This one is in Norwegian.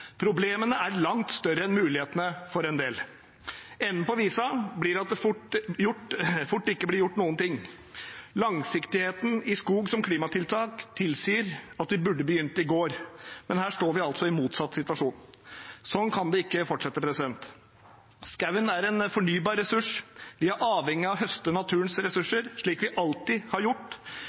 er problemene langt større enn mulighetene. Enden på visa blir at det fort ikke blir gjort noen ting. Langsiktigheten i skog som klimatiltak tilsier at vi burde begynt i går, men her står vi altså i motsatt situasjon. Slik kan det ikke fortsette. Skogen er en fornybar ressurs, vi er avhengig av å høste naturens ressurser slik vi alltid har gjort,